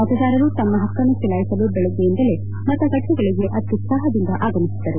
ಮತದಾರರು ತಮ್ಮ ಪಕ್ಕನ್ನು ಚಲಾಯಿಸಲು ದೆಳಗ್ಗೆಯಿಂದಲೇ ಮತಗಟ್ಟೆಗಳಗೆ ಅತ್ಯುತ್ತಪದಿಂದ ಆಗಮಿಸಿದ್ದರು